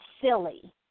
silly